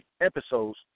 episodes